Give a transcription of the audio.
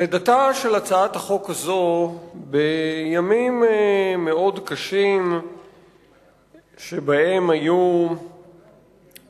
לידתה של הצעת החוק הזאת בימים מאוד קשים שבהם היו פיגועים,